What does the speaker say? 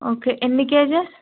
okay ఎన్ని kgs